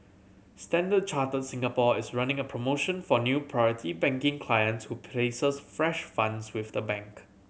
Standard Chartered Singapore is running a promotion for new Priority Banking clients who places fresh funds with the bank